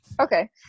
Okay